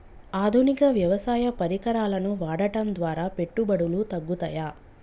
ఆధునిక వ్యవసాయ పరికరాలను వాడటం ద్వారా పెట్టుబడులు తగ్గుతయ?